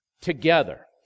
together